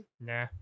nah